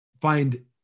find